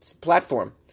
platform